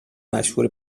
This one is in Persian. مشهور